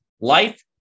life